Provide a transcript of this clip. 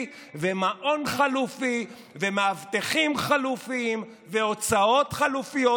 ומעון חלופי ומאבטחים חלופיים והוצאות חלופיות,